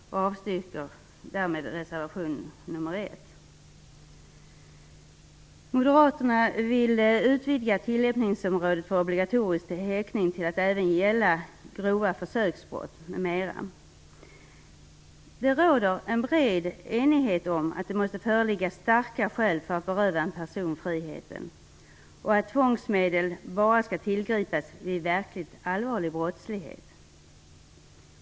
Därmed avstyrker utskottsmajoriteten reservation nr 1. Moderaterna vill utvidga tillämpningsområdet för obligatorisk häktning till att även gälla grova försöksbrott m.m. Det råder bred enighet om att det måste föreligga starka skäl för att en person skall berövas sin frihet och att tvångsmedel bara skall tillgripas vid verkligt allvarlig brottslighet.